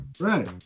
right